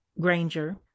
Granger